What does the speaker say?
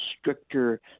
stricter